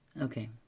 okay